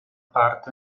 parte